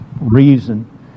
reason